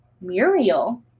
Muriel